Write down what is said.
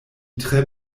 tre